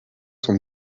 sont